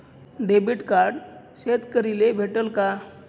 Debit card शेतकरीले भेटस का?